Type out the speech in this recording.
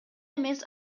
эмес